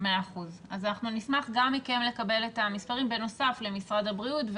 אז אנחנו נשמח גם מכם לקבל את המספרים בנוסף למשרד הבריאות,